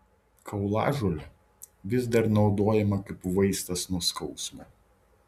kaulažolė vis dar naudojama kaip vaistas nuo skausmo